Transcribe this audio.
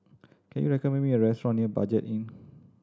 can you recommend me a restaurant near Budget Inn